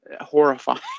horrifying